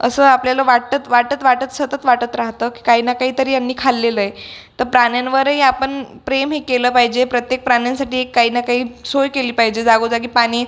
असं आपल्याला वाटत वाटत वाटत सतत वाटत राहतं की काही ना काहीतरी यांनी खाल्लेलं आहे तर प्राण्यांवरही आपण प्रेम हे केलं पाहिजे प्रत्येक प्राण्यांसाठी एक काही ना काही सोय केली पाहिजे जागोजागी पाणी